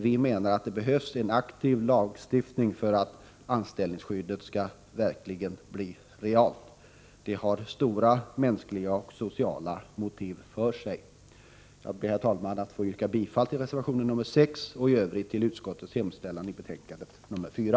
Vi menar att det dessutom behövs aktiv lagstiftning för att anställningsskyddet verkligen skall bli en realitet. Det finns stora mänskliga och sociala motiv för detta. Herr talman! Jag ber att få yrka bifall till reservation 6 och i övrigt till utskottets hemställan i betänkande 4.